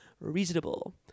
reasonable